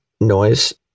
noise